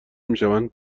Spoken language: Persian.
میشوند